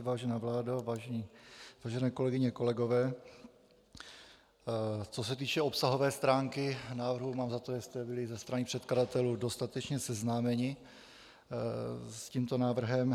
Vážená vládo, vážené kolegyně, kolegové, co se týče obsahové stránky návrhu, mám za to, že jste byli ze strany předkladatelů dostatečně seznámeni s tímto návrhem.